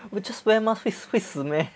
we're just wear masks 会会死 meh